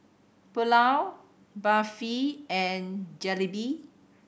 Pulao Barfi and Jalebi